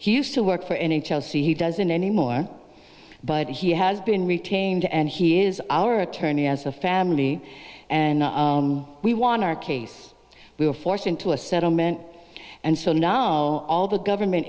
he used to work for n h l c he doesn't anymore but he has been retained and he is our attorney as a family and we won our case we were forced into a settlement and so now all the government